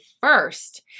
first